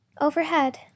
Overhead